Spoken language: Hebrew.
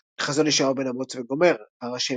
'חזון, ישעיהו בן-אמוץ וגו'', 'דבר-ה'